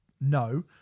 no